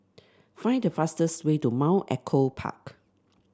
find the fastest way to Mount Echo Park